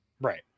Right